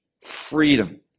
freedom